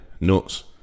nuts